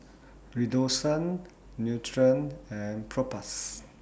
Redoxon Nutren and Propass